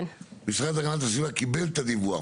המשרד להגנת הסביבה קיבל את הדיווח,